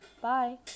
Bye